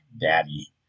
Daddy